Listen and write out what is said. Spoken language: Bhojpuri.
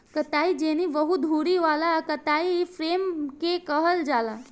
कताई जेनी बहु धुरी वाला कताई फ्रेम के कहल जाला